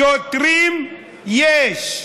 שוטרים יש.